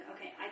okay